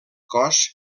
cos